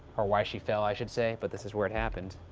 or why she fell, i should say, but this is where it happened.